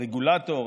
הרגולטור,